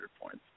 points